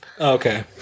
Okay